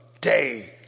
day